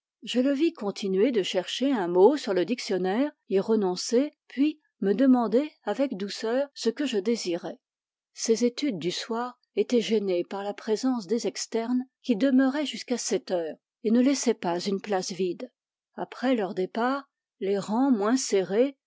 je le vis continuer de chercher un mot sur le dictionnaire y renoncer puis me demander avec douceur ce que je désirais ces études du soir étaient gênées par la présence des externes qui demeuraient jus qu'à sept heures et ne laissaient pas une place vide après leur départ les rangs moins serrés